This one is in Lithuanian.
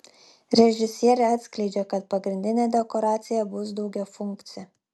režisierė atskleidžia kad pagrindinė dekoracija bus daugiafunkcė